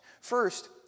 First